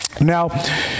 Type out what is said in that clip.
Now